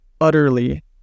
utterly